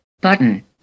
Button